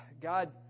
God